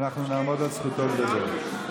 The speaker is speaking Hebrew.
ואנחנו נעמוד על זכותו לדבר.